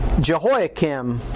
Jehoiakim